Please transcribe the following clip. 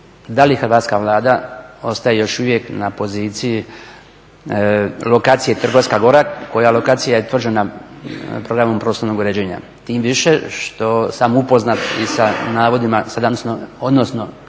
da li Hrvatska vlada ostaje još uvijek na poziciji lokacije Trgovska gora koja lokacija je utvrđena problemom prostornog uređenja. Tim više što sam upoznat i sa navodima odnosno